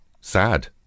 sad